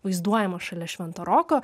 vaizduojamas šalia švento roko